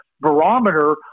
barometer